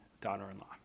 daughter-in-law